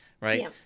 right